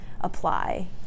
apply